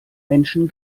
menschen